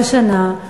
כל שנה,